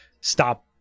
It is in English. stop